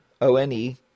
O-N-E